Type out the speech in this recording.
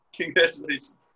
Congratulations